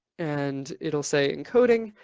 and it'll say encoding.